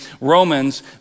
Romans